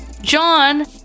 john